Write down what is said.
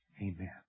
Amen